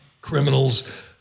criminals